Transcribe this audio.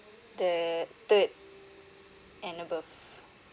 the third and above